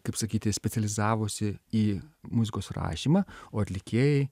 kaip sakyti specializavosi į muzikos rašymą o atlikėjai